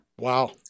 Wow